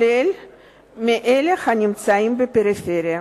גם מאלה הנמצאים בפריפריה.